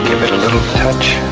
it a little touch,